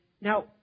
now